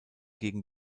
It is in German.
gegen